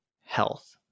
health